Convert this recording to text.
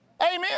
Amen